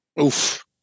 Oof